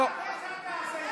--- אל תעשה את זה.